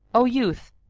o youth,